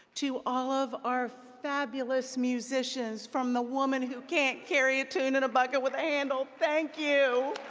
to all of our fabulous musicians from the woman who can't carry a tune in a bucket with a handle, thank you.